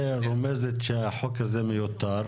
רומזת שהחוק הזה מיותר.